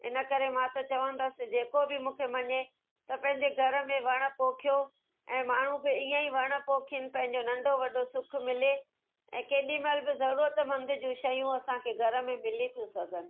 इन करे मां त चवंदसि जेको बि मूंखे मञे त पंहिंजे घर में वण पोखियो ऐं माण्हू बि ईअं ई वणु पोखनि पंहिंजो नंढो वॾो सुखु मिले ऐं केॾीमहिल बि ज़रूरतमंद जूं शयूं असांखे घर में मिली थियूं सघनि